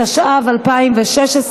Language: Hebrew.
התשע"ו 2016,